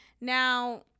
Now